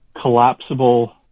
collapsible